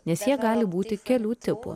nes jie gali būti kelių tipų